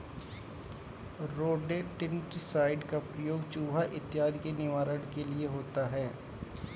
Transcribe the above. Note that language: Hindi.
रोडेन्टिसाइड का प्रयोग चुहा इत्यादि के निवारण के लिए होता है